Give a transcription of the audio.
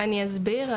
אני אסביר.